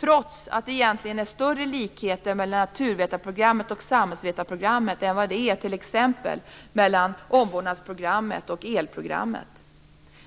Ändå är det egentligen större likheter mellan naturvetarprogrammet och samhällsvetarprogrammet än vad det är mellan t.ex. omvårdnadsprogrammet och elprogrammet.